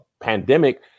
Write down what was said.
pandemic